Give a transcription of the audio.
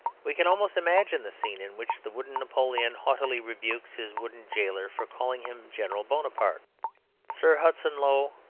we can almost imagine the scene in which the wooden napoleon haughtily rebukes his wooden jailor for calling him general bonaparte sir hudson low,